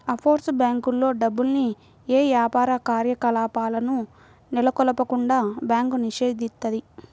offshore బ్యేంకుల్లో డబ్బుల్ని యే యాపార కార్యకలాపాలను నెలకొల్పకుండా బ్యాంకు నిషేధిత్తది